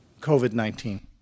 COVID-19